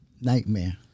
nightmare